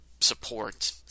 support